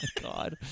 God